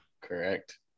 correct